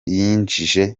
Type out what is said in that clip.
yinjije